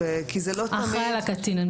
האחראי על הקטין.